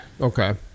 Okay